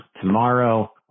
tomorrow